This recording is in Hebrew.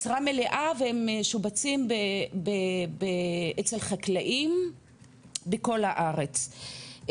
משרה מלאה והם משובצים אצל חקלאים בכל הארץ.